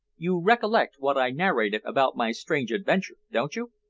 you recollect what i narrated about my strange adventure, don't you?